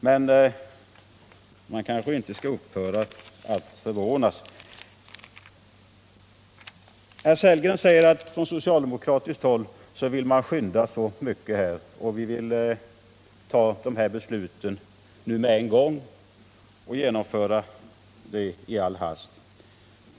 Men man kanske inte skall förvånas. Herr Sellgren säger att man på socialdemokratiskt håll vill skynda på så förfärligt, att vi vill ta dessa beslut med en gång och genomföra dem i all hast.